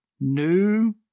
new